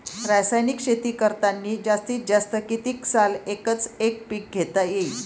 रासायनिक शेती करतांनी जास्तीत जास्त कितीक साल एकच एक पीक घेता येईन?